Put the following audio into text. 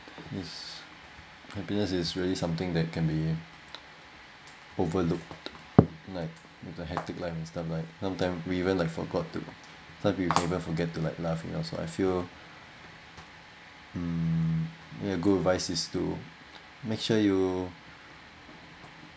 is happiness is really something that can be overlooked like with the hectic life and stuff like sometime we even like forgot to sometime we can even forgot to laugh you know so I feel mm good advice is to make sure you